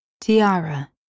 Tiara